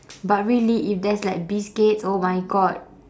but really if there's like biscuits oh my god